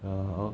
(uh huh)